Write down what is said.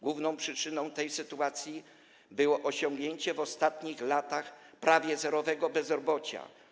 Główną przyczyną tej sytuacji było osiągnięcie w ostatnich latach prawie zerowego bezrobocia.